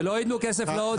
שלא יתנו כסף להודים.